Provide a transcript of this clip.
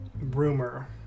rumor